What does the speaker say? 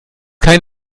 kein